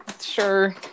Sure